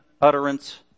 utterance